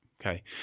Okay